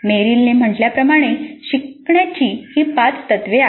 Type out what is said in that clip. मेरिलने म्हटल्याप्रमाणे शिकण्याची ही पाच तत्त्वे आहेत